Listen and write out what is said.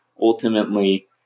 ultimately